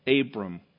Abram